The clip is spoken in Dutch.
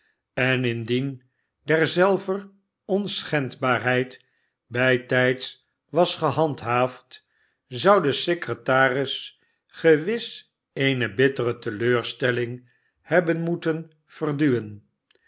en indien derzelver onschendbaarheid bijtijds was gehandhaafd zou de secretaris gewis eene bittere teleurstelling hebben moeten verduwen